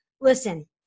listen